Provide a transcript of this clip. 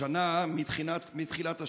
השנה, מתחילת השנה,